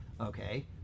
okay